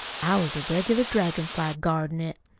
i was a regular dragon-fly guardin' it.